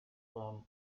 from